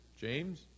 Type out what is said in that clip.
James